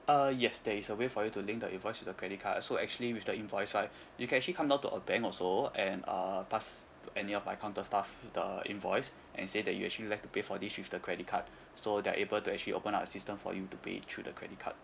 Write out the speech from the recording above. uh yes there is a way for you to link the invoice to the credit card so actually with the invoice right you can actually come down to our bank also and uh pass to any of my counter staff the invoice and say that you actually like to pay for this with the credit card so they are able to actually open up a system for you to pay through the credit card